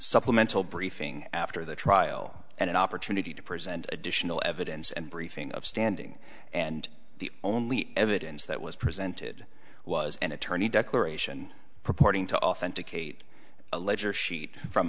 supplemental briefing after the trial and an opportunity to present additional evidence and briefing of standing and the only evidence that was presented was an attorney declaration purporting to authenticate a ledger sheet from